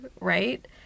right